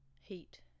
Heat